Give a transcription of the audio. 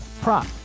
prop